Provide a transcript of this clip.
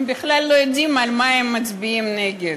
הם בכלל לא יודעים על מה הם מצביעים נגד.